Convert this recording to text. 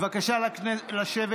בבקשה לשבת.